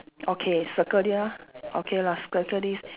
okay circle it ah okay lah circle this